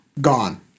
Gone